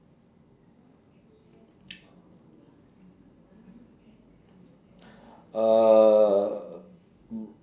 uh